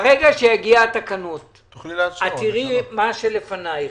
ברגע שיגיעו התקנות, את תראי מה שלפניך.